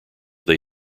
they